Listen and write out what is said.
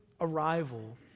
arrival